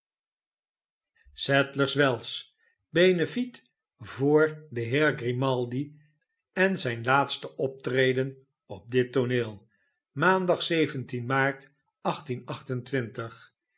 sadlers wells benefiet voor den heee grimaldi en zijne laatste optreden op dit tooneel maandag maart